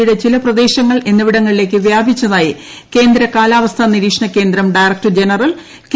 യുടെ ചില പ്രദേശങ്ങൾ എന്നിവിടങ്ങളിലേക്ക് വ്യാപിച്ചതായി കേന്ദ്ര കാലാവസ്ഥാ നിരീക്ഷണ കേന്ദ്രം ഡയറക്ടർ ജനറൽ കെ